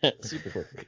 Super